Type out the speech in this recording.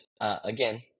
again